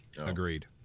Agreed